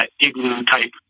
igloo-type